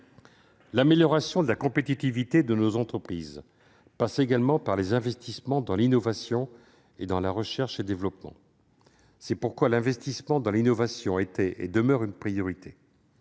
L'amélioration de la compétitivité de nos entreprises passe également par les investissements dans l'innovation et dans la recherche et développement. L'investissement dans l'innovation a été et demeure une priorité.